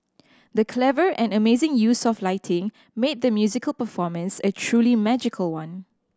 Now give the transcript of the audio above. the clever and amazing use of lighting made the musical performance a truly magical one